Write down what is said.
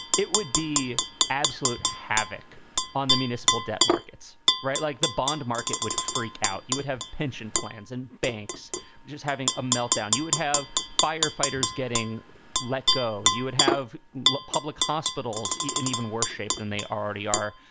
it. would be absolute havoc on the municipal debt markets. right. like the bond market would freak out. you would have pension plans and banks just having a meltdown. you would have firefighters getting let go. you would have public hospitals in even worse shape than they already are.